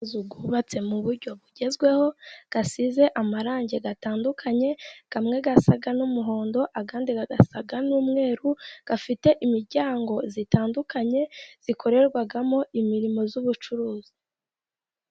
Amazu yubatswe mu buryo bugezweho, asize amarangi atandukanye, amwe asa n'umuhondo andi asa n'umweru, afite imiryango itandukanye ikorerwamo imirimo y'ubucuruzi.